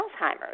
Alzheimer's